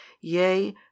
yea